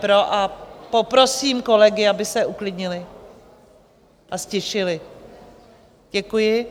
A poprosím kolegy, aby se uklidnili a ztišili, děkuji.